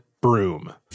broom